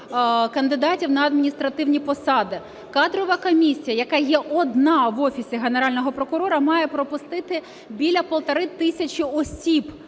кандидатів на адміністративні посади. Кадрова комісія, яка є одна в Офісі Генерального прокурора, має пропустити біля 1,5 тисячі осіб